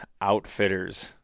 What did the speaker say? outfitters